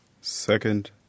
Second